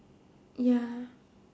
ya